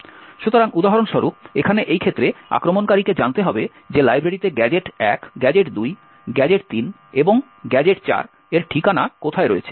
সুতরাং উদাহরণস্বরূপ এখানে এই ক্ষেত্রে আক্রমণকারীকে জানতে হবে যে লাইব্রেরিতে গ্যাজেট1 গ্যাজেট2 গ্যাজেট3 এবং গ্যাজেট4 এর ঠিকানা কোথায় রয়েছে